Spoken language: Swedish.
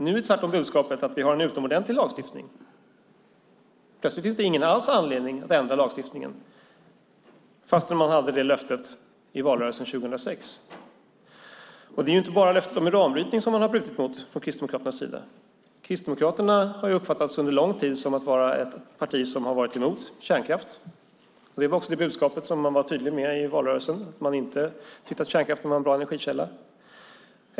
Nu är tvärtom budskapet att vi har en utomordentlig lagstiftning. Plötsligt finns det inte alls någon anledning att ändra lagstiftningen fast man gav det löftet i valrörelsen 2006. Det är inte bara löftet om uranbrytning som man har brutit mot från Kristdemokraternas sida. Kristdemokraterna har uppfattats under lång tid som ett parti som har varit emot kärnkraft. Det var också det budskap som man var tydlig med i valrörelsen. Man tyckte inte att kärnkraften var en bra energikälla.